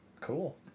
cool